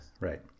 Right